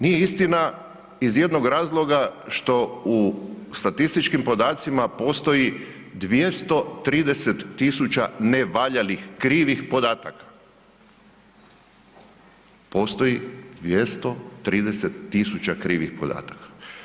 Nije istina iz jednog razloga što u statističkim podacima postoji 230.000 nevaljalih, krivih podataka, postoji 230.000 krivih podataka.